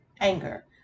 anger